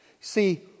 See